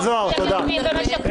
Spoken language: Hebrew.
אתם יושבים ומשקרים כאן.